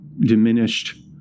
diminished